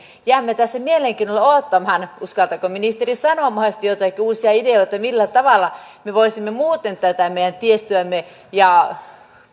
jäämme tässä mielenkiinnolla odottamaan uskaltaako ministeri sanoa mahdollisesti joitakin uusia ideoita millä tavalla me voisimme muuten tätä meidän tiestöämme ja